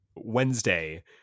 Wednesday